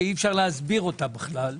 שאי אפשר להסביר אותה בכלל,